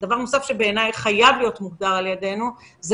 דבר נוסף שחייב להיות מוגדר על ידינו זה